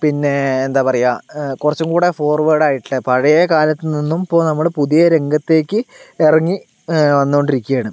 പിന്നെ എന്താണ് പറയുക കുറച്ചും കൂടി ഫോർവേഡ് ആയിട്ട് പഴയകാലത്ത് നിന്നും ഇപ്പോൾ നമ്മൾ പുതിയ രംഗത്തേക്ക് ഇറങ്ങി വന്നു കൊണ്ടിരിക്കുകയാണ്